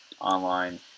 online